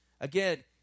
again